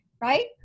right